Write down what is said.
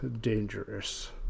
dangerous